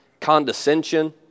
condescension